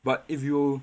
but if you